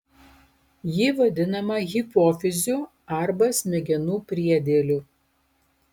ji vadinama hipofiziu arba smegenų priedėliu